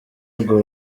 ubwo